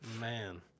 man